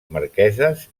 marqueses